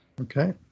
Okay